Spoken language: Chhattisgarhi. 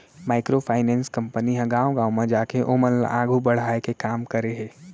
माइक्रो फाइनेंस कंपनी ह गाँव गाँव म जाके ओमन ल आघू बड़हाय के काम करे हे